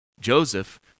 Joseph